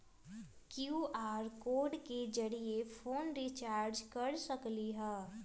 QR code के जरिय phone recharge कर सकली ह?